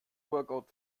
workout